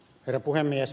herra puhemies